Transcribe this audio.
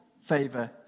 favor